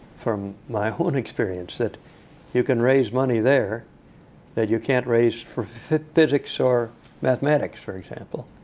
from my own experience that you can raise money there that you can't raise for physics or mathematics, for example.